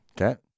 Okay